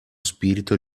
spirito